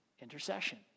intercession